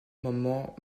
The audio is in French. moment